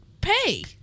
pay